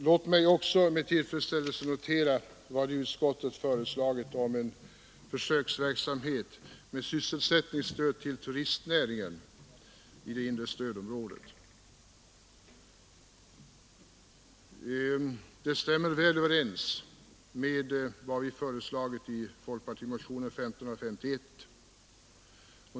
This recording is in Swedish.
Låt mig också med tillfredsställelse notera vad utskottet föreslagit om en försöksverksamhet med sysselsättningsstöd till turistnäringen i det inre stödområdet. Det stämmer väl överens med vad vi föreslagit i folkpartimotionen 1551.